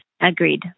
agreed